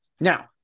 Now